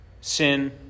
sin